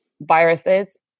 viruses